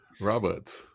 Robert